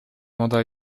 mandat